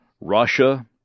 Russia